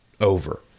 over